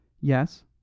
Yes